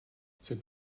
cette